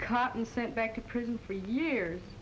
caught and sent back to prison for years